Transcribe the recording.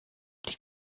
die